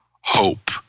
hope